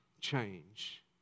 change